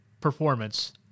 performance